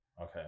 Okay